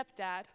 stepdad